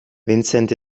vincent